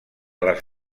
les